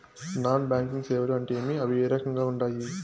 non banking సేవలు అంటే ఏమి అవి ఏ రకంగా ఉండాయి